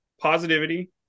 positivity